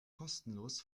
kostenlos